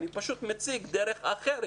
אני פשוט מציג דרך אחרת.